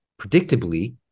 predictably